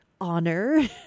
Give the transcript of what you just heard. honor